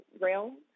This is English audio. realm